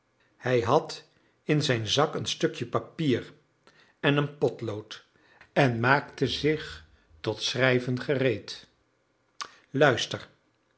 hij had in zijn zak een stukje papier en een potlood en maakte zich tot schrijven gereed luister